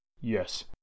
Yes